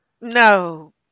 No